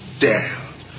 down